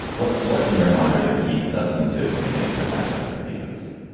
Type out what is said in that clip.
what what in your mind are the key substantive things that happened with impeachment this week